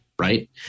Right